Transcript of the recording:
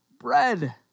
bread